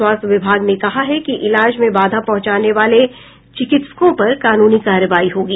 स्वास्थ्य विभाग ने कहा है कि इलाज में बाधा पहुंचाने वाले चिकित्सकों पर कानूनी कार्रवाई होगी